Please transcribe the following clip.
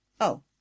Oh